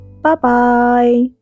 Bye-bye